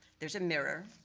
there's a mirror,